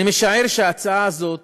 אני משער שההצעה הזאת